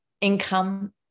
income